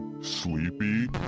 Sleepy